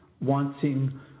wanting